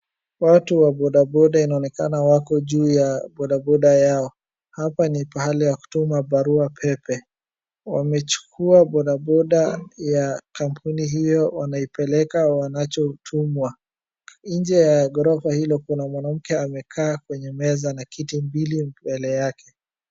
Watu wa bodaboda inaonekana wako juu ya bodaboda yao. Hapa ni pahali ya kutuma baruapepe. Wamechukua bodaboda ya kampuni hio wanaipeleka wanachotumwa. Nje ya ghorofa hilo kuna mwanamke amekaa kwenye meza na kiti mbili mbele yake.